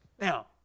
Now